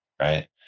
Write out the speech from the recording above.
right